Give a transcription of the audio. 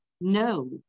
no